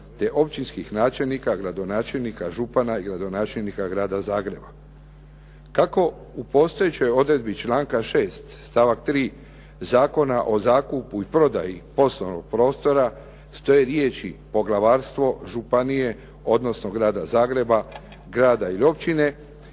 te općinskih načelnika, gradonačelnika, župana i gradonačelnika Grada Zagreba. Kako u postojećoj odredbi članka 6. stavak 3. Zakona o zakupu i prodaji poslovnog prostora stoje riječi: "poglavarstvo županije odnosno Grada Zagreba, grada ili općine"